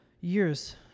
years